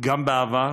גם בעבר